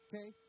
Okay